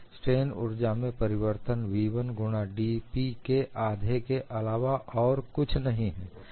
strain ऊर्जा में परिवर्तन v1 गुणा dP के आधे के अलावा और कुछ नहीं है